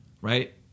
right